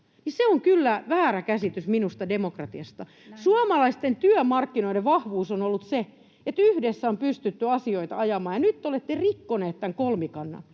kyllä väärä käsitys demokratiasta. Suomalaisten työmarkkinoiden vahvuus on ollut se, että yhdessä on pystytty asioita ajamaan, ja nyt te olette rikkoneet tämän kolmikannan